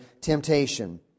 temptation